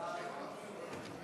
סעיפים 1